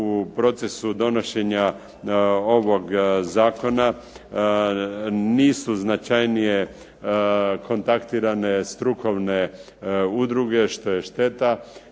u procesu donošenja ovog zakona nisu značajnije kontaktirane strukovne udruge što je šteta,